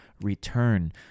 return